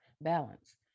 balance